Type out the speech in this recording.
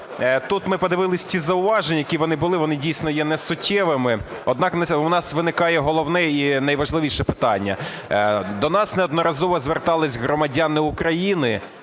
тут ми подивились ті зауваження, які вони були, вони дійсно є несуттєвими, однак у нас виникає головне і найважливіше питання. До нас неодноразово зверталися громадяни України